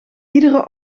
iedere